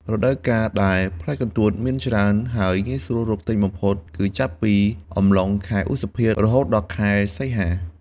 រដូវកាលដែលផ្លែកន្ទួតមានច្រើន ហើយងាយស្រួលរកទិញបំផុត គឺចាប់ពីអំឡុង ខែឧសភា រហូតដល់ខែសីហា។